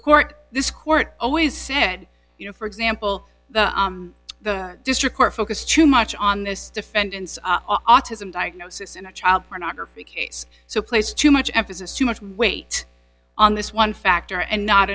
court this court always said you know for example the district court focused too much on this defendant's autism diagnosis in a child pornography case so placed too much emphasis too much weight on this one factor and not